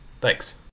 Thanks